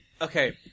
okay